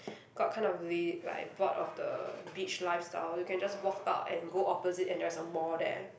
got kind of l~ like bored of the beach lifestyle you can just walk out and go opposite and there's a mall there